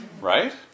Right